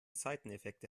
seiteneffekte